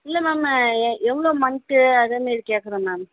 இல்லை மேம் எ எவ்வளோ மந்த்து அதைமேரி கேட்குறேன் மேம்